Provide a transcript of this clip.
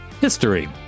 History